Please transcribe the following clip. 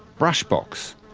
brush box,